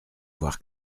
voir